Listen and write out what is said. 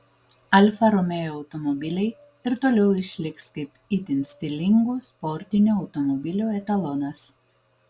alfa romeo automobiliai ir toliau išliks kaip itin stilingų sportinių automobilių etalonas